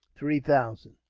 three thousand.